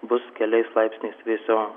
bus keliais laipsniais vėsiau